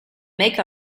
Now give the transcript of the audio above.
make